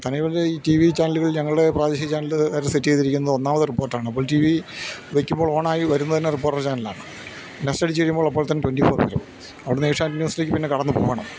തന്നെയുമല്ല ഈ T V ചാനലുകളിൽ ഞങ്ങളുടെ പ്രാദേശിക ചാനലുകാര് സെറ്റ് ചെയ്തിരിക്കുന്നത് ഒന്നാമത് റിപ്പോർട്ടറാണ് അപ്പോൾ ടി വി വെയ്ക്കുമ്പോൾ ഓണായി വരുന്നതുതന്നെ റിപ്പോർട്ടര് ചാനലാണ് നെക്സ്റ്റ് അടിച്ചുകഴിയുമ്പോൾ അപ്പോൾ തന്നെ ട്വൻറ്റി ഫോർ വരും അവിടെനിന്ന് ഏഷ്യാനെറ്റ് ന്യൂസിലേക്ക് പിന്നെയും കടന്നുപോകണം